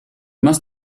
must